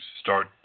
start